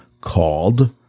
called